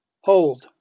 hold